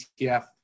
ETF